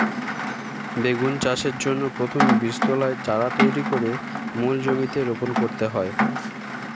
বেগুন চাষের জন্য প্রথমে বীজতলায় চারা তৈরি করে মূল জমিতে রোপণ করতে হয়